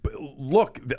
look